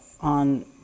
on